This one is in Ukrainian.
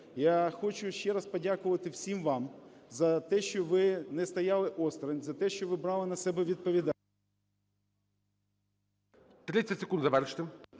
я хочу ще раз подякувати всім вам за те, що ви не стояли осторонь, за те, що ви брали на себе відповідальність…